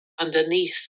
underneath